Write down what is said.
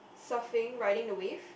surfing riding the wave